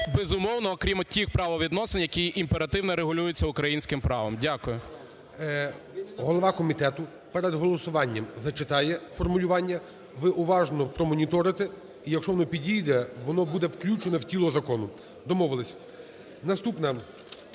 безумовно, окрім тих правовідносин, які імперативно регулюються українським правом. Дякую. ГОЛОВУЮЧИЙ. Голова комітету перед голосуванням зачитає формулювання. Ви уважнопромоніторите. І якщо воно підійде, воно буде включене в тіло закону. Домовились. Наступна,